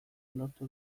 lortu